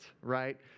right